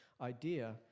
idea